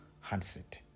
handset